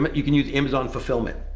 but you can use amazon fulfillment.